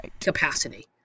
capacity